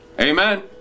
Amen